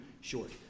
short